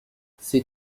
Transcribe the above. ses